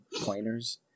pointers